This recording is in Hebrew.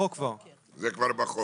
זה כבר בחוק.